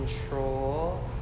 control